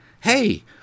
hey